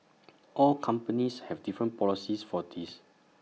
all companies have different policies for this